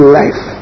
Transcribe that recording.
life